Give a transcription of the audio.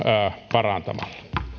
parantamalla